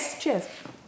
Cheers